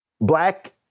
black